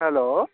hello